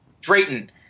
Drayton